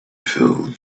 filled